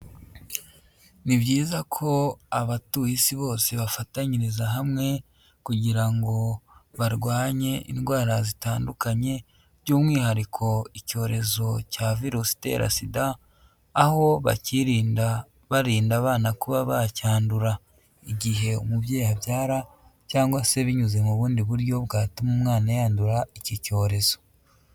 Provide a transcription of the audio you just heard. Ni byiza ko abatuye Isi bose bafatanyiriza hamwe, kugira ngo barwanye indwara zitandukanye by'umwihariko icyorezo cya virusi itera SIDA, aho bakirinda barinda abana kuba bacyandura, igihe umubyeyi abyara, cyangwa se binyuze mu bundi buryo bwatuma umwana yandura iki cyorezo.